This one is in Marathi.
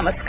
नमस्कार